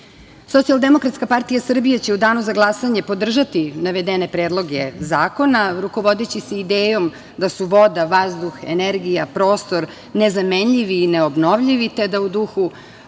budžetu. Socijaldemokratska partija Srbije će u danu za glasanje podržati navedene predloge zakona, rukovodeći se idejom da su voda, vazduh, energija, prostor nezamenljivi i neobnovljivi, te da u duhu